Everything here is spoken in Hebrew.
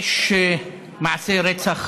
יש מעשי רצח